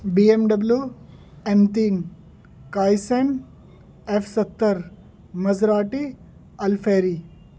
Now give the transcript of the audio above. be M W M تین کاائسین F ستر مزراٹی الفیری